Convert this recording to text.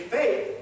faith